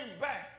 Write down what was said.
back